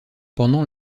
pendant